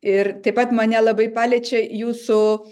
ir taip pat mane labai paliečia jūsų